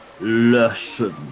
Lesson